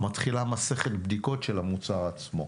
מתחילה מסכת בדיקות של המוצר עצמו.